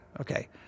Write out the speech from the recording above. Okay